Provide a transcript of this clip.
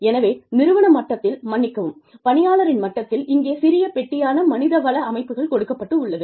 எனவே நிறுவன மட்டத்தில் மன்னிக்கவும் பணியாளரின் மட்டத்தில் இங்கே சிறிய பெட்டியான மனிதவள அமைப்புகள் கொடுக்கப்பட்டுள்ளது